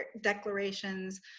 declarations